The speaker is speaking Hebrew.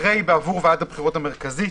אחרי "בעבור ועדת הבחירות המרכזית